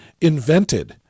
invented